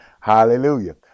hallelujah